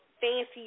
Fancy